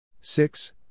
six